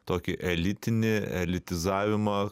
tokį elitinį elitizavima